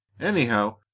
Anyhow